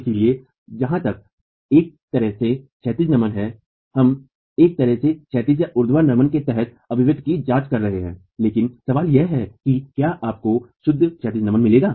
इसलिए जहां तक एक तरह से क्षैतिज नमन है हम एक तरह से क्षैतिज या ऊर्ध्वाधर नमन के तहत अभिव्यक्ति की जांच कर रहे हैं लेकिन सवाल यह है कि क्या आपको शुद्ध क्षैतिज नमन मिलेगा